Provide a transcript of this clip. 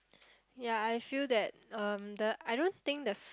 ya I feel that um the I don't think the